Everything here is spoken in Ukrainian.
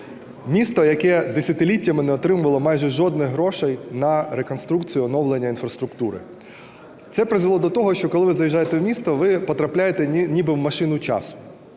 місто, яке десятиліттями не отримувало майже жодних грошей на реконструкцію, оновлення інфраструктури. Це призвело до того, що коли ви заїжджаєте у місто, ви потрапляєте ніби в машину часу: